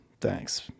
Thanks